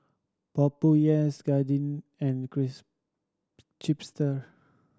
Popeyes Guardian and Chipster